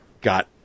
got